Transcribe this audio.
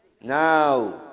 now